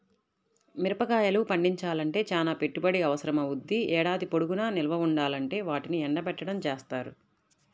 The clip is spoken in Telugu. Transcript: మిరగాయలు పండించాలంటే చానా పెట్టుబడి అవసరమవ్వుద్ది, ఏడాది పొడుగునా నిల్వ ఉండాలంటే వాటిని ఎండబెట్టడం జేత్తారు